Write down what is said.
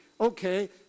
okay